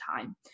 time